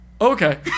Okay